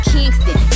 Kingston